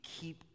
keep